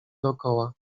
dokoła